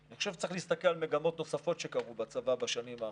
אני חושב שצריך להסתכל על מגמות נוספות שקרו בצבא בשנים האחרונות,